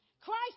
Christ